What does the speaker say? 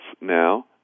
now